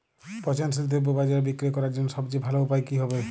পচনশীল দ্রব্য বাজারে বিক্রয় করার জন্য সবচেয়ে ভালো উপায় কি হবে?